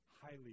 highly